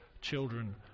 children